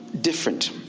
different